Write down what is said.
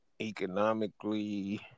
economically